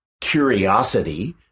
curiosity